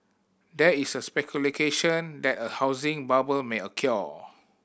there is speculation that a housing bubble may occur